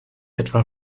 etwa